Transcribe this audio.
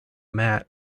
mat